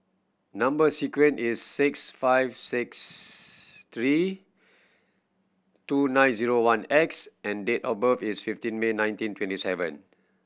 number sequence is six five six three two nine zero one X and date of birth is fifteen May nineteen twenty seven